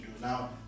Now